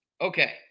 Okay